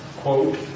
quote